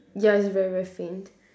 ya it's very very faint